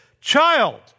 child